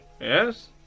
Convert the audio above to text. Yes